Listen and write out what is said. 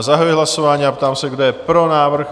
Zahajuji hlasování a ptám se, kdo je pro návrh?